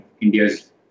India's